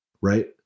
right